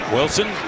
Wilson